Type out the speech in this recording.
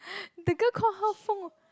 the girl call her Feng